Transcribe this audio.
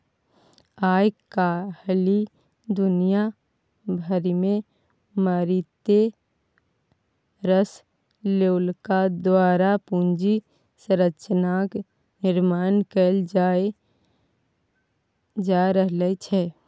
आय काल्हि दुनिया भरिमे मारिते रास लोकक द्वारा पूंजी संरचनाक निर्माण कैल जा रहल छै